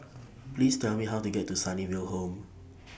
Please Tell Me How to get to Sunnyville Home